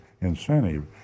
incentive